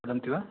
वदन्ति वा